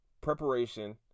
Preparation